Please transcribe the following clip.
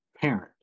parent